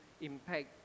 impact